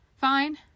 Fine